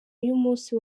y’umunsi